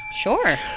sure